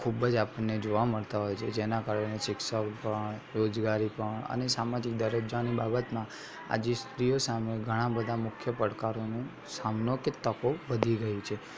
ખૂબ જ આપણને જોવા મળતા હોય છે જેના કારણે શિક્ષણ પણ રોજગારી પણ અને સામાજિક દરજ્જાની બાબતમાં આજે સ્ત્રીઓ સામે ઘણાં બધા મુખ્ય પડકારોનો સમાનો કે તકો વધી ગઇ છે